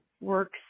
works